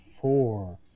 four